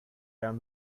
down